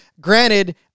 granted